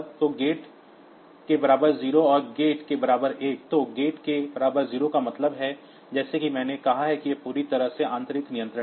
तो गेट के बराबर 0 और गेट के बराबर 1 तो गेट के बराबर 0 का मतलब है जैसा कि मैंने कहा कि यह पूरी तरह से आंतरिक नियंत्रित है